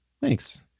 Thanks